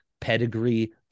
pedigree